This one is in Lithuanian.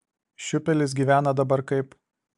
šiupelis gyvena dabar kaip